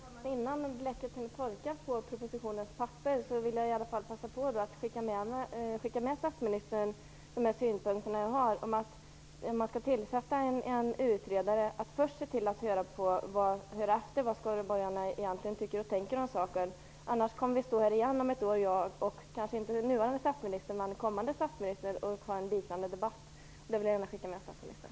Fru talman! Innan bläcket har hunnit torka på propositionens papper vill jag ändå begagna tillfället att ge statsministern mina synpunkter. Om det skall tillsättas en utredare bör man först höra efter vad skaraborgarna egentligen tycker och tänker om dessa frågor. Annars kan jag komma att stå här igen i en liknande debatt om ett år, kanske inte med den nuvarande statsministern men med en kommande statsminister. Den synpunkten vill jag gärna skicka med statsministern.